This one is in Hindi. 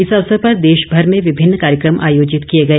इस अवसर पर देशभर में विभिन्न कार्यक्रम आयोजित किए गए